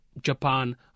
Japan